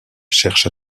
cherche